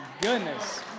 goodness